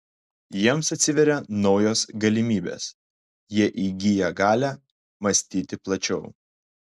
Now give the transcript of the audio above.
jiems atsiveria naujos galimybės jie įgyja galią mąstyti plačiau